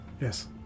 yes